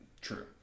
True